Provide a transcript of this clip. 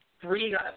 three